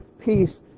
peace